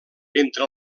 entre